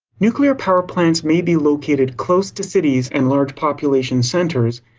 nuclear power plants may be located close to cities and large population centers,